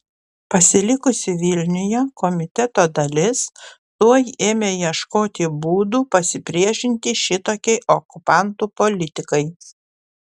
pasilikusi vilniuje komiteto dalis tuoj ėmė ieškoti būdų pasipriešinti šitokiai okupantų politikai